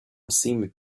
seemed